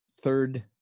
third